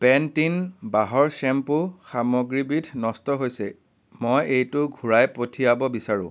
Pantene বাঁহৰ shampoo সামগ্ৰীবিধ নষ্ট হৈছে মই এইটো ঘূৰাই পঠিয়াব বিচাৰোঁ